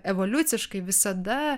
evoliuciškai visada